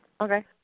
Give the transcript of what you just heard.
Okay